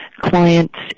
clients